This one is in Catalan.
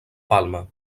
palma